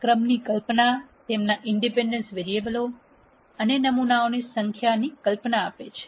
ક્રમની કલ્પના તમને ઇનડિપેન્ડન્ટ વેરીએબલ્સ અથવા નમૂનાઓની સંખ્યાની કલ્પના આપે છે